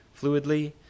fluidly